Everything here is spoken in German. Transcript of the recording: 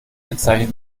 bezeichnet